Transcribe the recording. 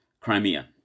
crimea